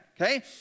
okay